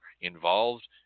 involved